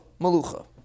malucha